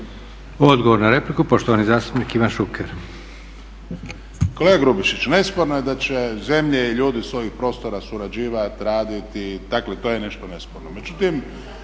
Odgovor na repliku, poštovani zastupnik Ivan Šuker. **Šuker, Ivan (HDZ)** Kolega Grubišiću, nesporno je da će zemlje i ljudi s ovih prostora surađivat, radit, dakle to je nešto nesporno. Međutim,